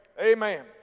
Amen